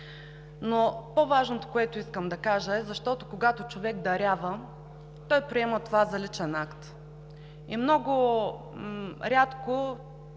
Но по-важното, което искам да кажа, е, когато човек дарява, той приема това за личен акт и много рядко,